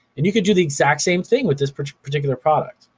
and you can do the exact same thing with this particular product,